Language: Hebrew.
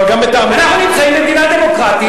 אנחנו נמצאים במדינה דמוקרטית,